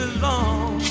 long